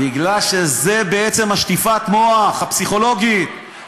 כי זה בעצם שטיפת המוח הפסיכולוגית,